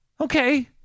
Okay